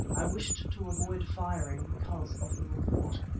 i wished to avoid firing because of the report.